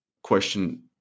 question